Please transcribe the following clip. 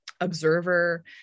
observer